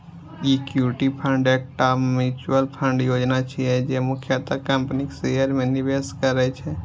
equity fund एकटा mutual fund योजना छियै, जे मुख्यतः कंपनीक शेयर मे निवेश करै छै